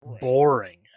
boring